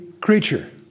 creature